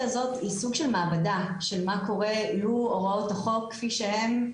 הזאת היא סוג של מעבדה של מה קורה לו הוראות החוק כפי שהן,